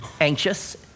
anxious